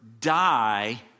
die